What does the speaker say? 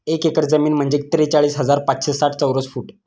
एक एकर जमीन म्हणजे त्रेचाळीस हजार पाचशे साठ चौरस फूट